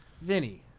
Vinny